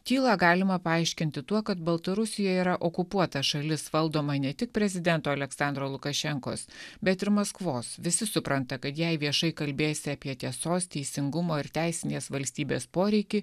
tylą galima paaiškinti tuo kad baltarusija yra okupuota šalis valdoma ne tik prezidento aleksandro lukašenkos bet ir maskvos visi supranta kad jei viešai kalbėsi apie tiesos teisingumo ir teisinės valstybės poreikį